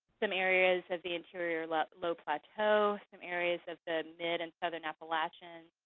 some areas of the interior low low plateau, some areas of the mid and southern appalachians,